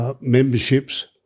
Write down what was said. Memberships